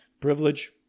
privilege